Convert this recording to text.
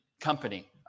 company